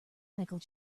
michael